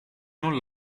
non